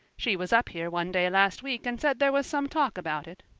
she was up here one day last week and said there was some talk about it.